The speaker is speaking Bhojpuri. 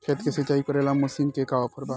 खेत के सिंचाई करेला मशीन के का ऑफर बा?